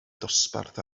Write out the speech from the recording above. dosbarth